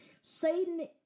Satan